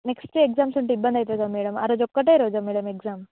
next exams ఉంటే ఇబ్బంది అవుతుంది కదా మేడమ్ ఆరోజు ఒక్కటే ఆరోజా మేడమ్ ఎగ్జామ్